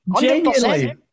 Genuinely